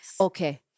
Okay